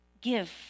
give